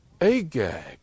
Agag